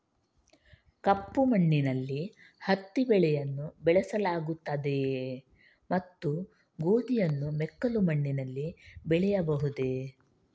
ಕಪ್ಪು ಮಣ್ಣಿನಲ್ಲಿ ಹತ್ತಿ ಬೆಳೆಯನ್ನು ಬೆಳೆಸಲಾಗುತ್ತದೆಯೇ ಮತ್ತು ಗೋಧಿಯನ್ನು ಮೆಕ್ಕಲು ಮಣ್ಣಿನಲ್ಲಿ ಬೆಳೆಯಬಹುದೇ?